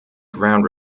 ground